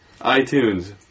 iTunes